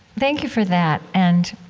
thank you for that. and,